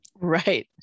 right